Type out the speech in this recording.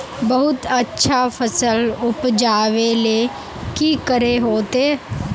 बहुत अच्छा फसल उपजावेले की करे होते?